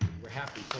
we're happy